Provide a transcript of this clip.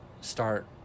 start